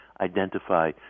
identify